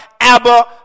Abba